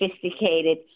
sophisticated